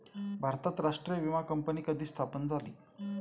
भारतात राष्ट्रीय विमा कंपनी कधी स्थापन झाली?